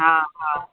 हा हा